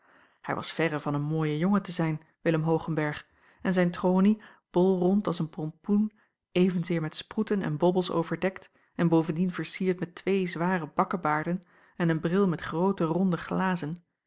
hij was verre van een mooie jongen te zijn willem hoogenberg en zijn tronie acob van ennep laasje evenster bolrond als een pompoen evenzeer met sproeten en bobbels overdekt en bovendien vercierd met twee zware bakkebaarden en een bril met groote ronde glazen